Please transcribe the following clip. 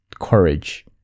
courage